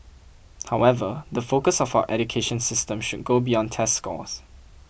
however the focus of our education system should go beyond test scores